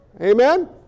Amen